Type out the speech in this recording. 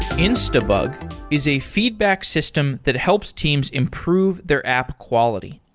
instabug is a feedback system that helps teams improve their app quality.